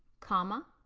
comma,